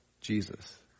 Jesus